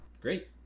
great